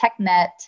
TechNet